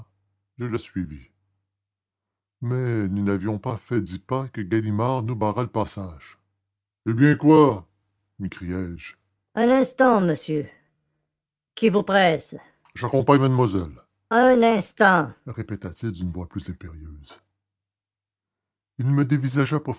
je la suivis mais nous n'avions pas fait dix pas que ganimard nous barra le passage eh bien quoi m'écriai-je un instant monsieur qui vous presse j'accompagne mademoiselle un instant répéta-t-il d'une voix plus impérieuse il me